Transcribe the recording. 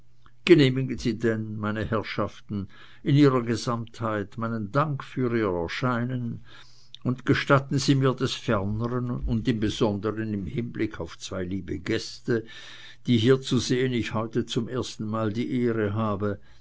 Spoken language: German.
genehmigen sie denn meine herrschaften in ihrer gesamtheit meinen dank für ihr erscheinen und gestatten sie mir des ferneren und im besonderen hinblick auf zwei liebe gäste die hier zu sehen ich heute zum ersten male die ehre habe